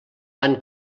van